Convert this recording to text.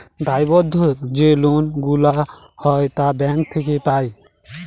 দায়বদ্ধ যে লোন গুলা হয় তা ব্যাঙ্ক থেকে পাই